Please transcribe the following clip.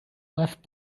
left